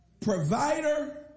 provider